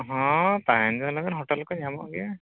ᱦᱮᱸ ᱛᱟᱦᱮᱱᱡᱚᱝ ᱞᱟᱹᱜᱤᱫ ᱦᱳᱴᱮᱹᱞᱠᱚ ᱧᱟᱢᱚᱜ ᱜᱮᱭᱟ